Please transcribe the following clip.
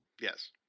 yes